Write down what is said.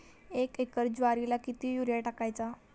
एक एकर ज्वारीला किती युरिया टाकायचा?